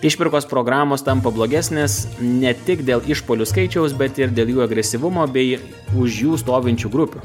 išpirkos programos tampa blogesnės ne tik dėl išpuolių skaičiaus bet ir dėl jų agresyvumo bei už jų stovinčių grupių